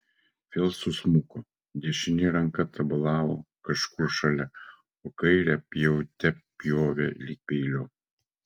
vėl susmuko dešinė ranka tabalavo kažkur šalia o kairę pjaute pjovė lyg peiliu